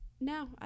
No